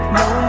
no